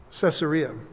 Caesarea